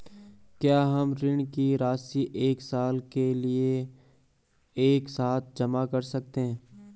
क्या हम ऋण की राशि एक साल के लिए एक साथ जमा कर सकते हैं?